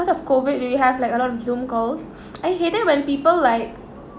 of COVID we would have like a lot of Zoom calls I hate it when people like